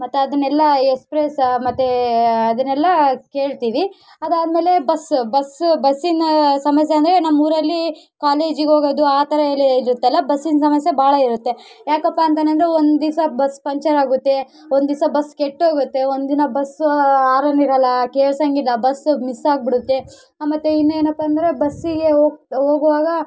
ಮತ್ತೆ ಅದನೆಲ್ಲ ಎಸಪ್ರೆಸ್ ಮತ್ತೆ ಅದನ್ನೆಲ್ಲ ಕೇಳ್ತೀವಿ ಅದು ಆದಮೇಲೆ ಬಸ್ ಬಸ್ಸು ಬಸ್ಸಿನ ಸಮಸ್ಯೆ ಅಂದರೆ ನಮ್ಮ ಊರಲ್ಲಿ ಕಾಲೇಜಿಗೆ ಹೋಗೋದು ಆ ಥರಯೆಲ್ಲ ಇರುತ್ತೆಲ್ಲ ಬಸ್ಸಿನ ಸಮಸ್ಯೆ ಭಾಳ ಇರುತ್ತೆ ಯಾಕಪ್ಪ ಅಂತಾನಂದ್ರೆ ಒಂದು ದಿವ್ಸ ಬಸ್ ಪಂಚರ್ ಆಗುತ್ತೆ ಒಂದು ದಿವ್ಸ ಬಸ್ ಕೆಟ್ಟೋಗುತ್ತೆ ಒಂದು ದಿನ ಬಸ್ಸು ಆರುನ್ ಇರೋಲ್ಲ ಕೇಳಿಸೋದಿಲ್ಲ ಬಸ್ ಮಿಸ್ ಆಗಿಬಿಡುತ್ತೆ ಮತ್ತೆ ಇನ್ನೇನಪ್ಪ ಅಂದರೆ ಬಸ್ ಇಳಿಯೋ ಹೋಗುವಾಗ